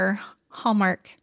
Hallmark